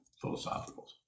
philosophical